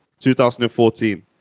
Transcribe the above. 2014